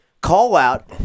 call-out